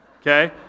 Okay